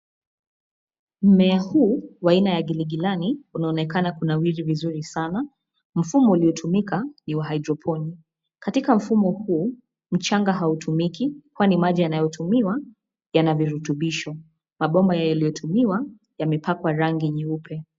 Mmmea huu wa aina ya giligilani unaonekana kunawiri vizuri sana, mfumo uliotumika ni wa hydroponics . Katika mfumo huu mchanga hautumiki kwani maji yanayotumiwa yana virutubisho mabomba yanayotumiwa yamepakwa rangi nyeupe.